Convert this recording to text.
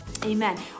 Amen